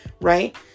right